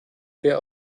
der